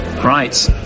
Right